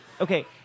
Okay